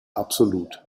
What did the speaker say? absolut